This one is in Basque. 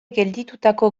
gelditutako